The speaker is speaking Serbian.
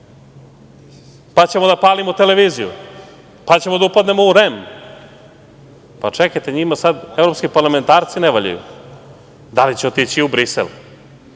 pa ćemo da palimo televiziju, pa ćemo da upadnemo u REM.Čekajte, njima sad evropski parlamentarci ne valjaju? Da li će otići u Brisel?